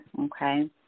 Okay